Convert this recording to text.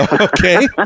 Okay